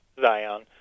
Zion